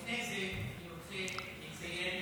לפני זה אני רוצה לציין